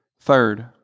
Third